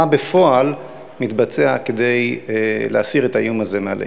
מה בפועל מתבצע כדי להסיר את האיום הזה מעלינו?